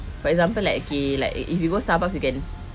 for example like okay if you go Starbucks you can